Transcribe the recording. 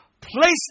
place